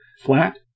Flat